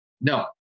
no